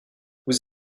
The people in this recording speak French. vous